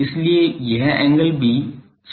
इसलिए यह एंगल भी psi by 2 है